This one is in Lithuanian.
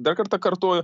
dar kartą kartoju